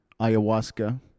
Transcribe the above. ayahuasca